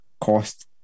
cost